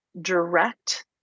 direct